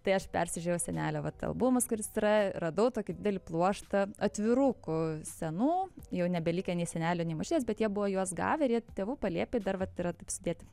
tai aš persižiūrėjau senelio vat albumus kur jis yra radau tokį didelį pluoštą atvirukų senų jau nebelikę nei senelio nei močiutės bet jie buvo juos gavę ir jie tėvų palėpėj dar vat yra taip sudėti